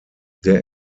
der